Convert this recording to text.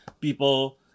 people